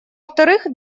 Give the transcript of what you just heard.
вторых